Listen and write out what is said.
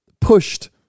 pushed